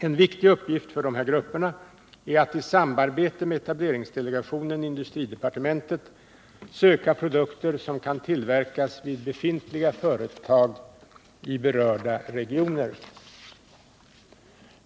En viktig uppgift för dessa grupper är att i samarbete med etableringsdelegationen i industridepartementet söka produkter som kan tillverkas vid befintliga företag i berörda regioner.